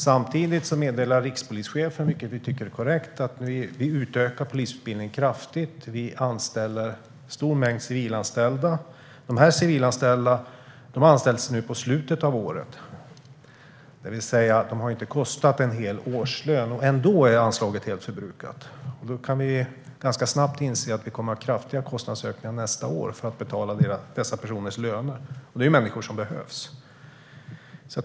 Samtidigt meddelar rikspolischefen, vilket vi tycker är korrekt, att polisutbildningen utökas kraftigt och en stor mängd civil personal anställs. Dessa anställs nu i slutet av året, det vill säga de har inte kostat en hel årslön. Ändå är anslaget helt förbrukat. Då kan vi ganska snabbt inse att vi kommer att ha kraftiga kostnadsökningar nästa år för att betala dessa personers löner, och det är människor som behövs.